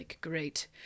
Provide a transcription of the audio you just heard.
great